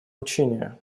учения